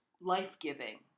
life-giving